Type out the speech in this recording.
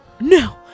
No